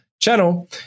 channel